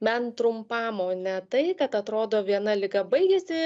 bent trumpam o ne tai kad atrodo viena liga baigėsi